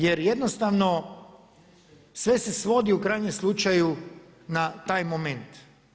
Jer jednostavno sve se svodi u krajnjem slučaju na taj moment.